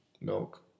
Milk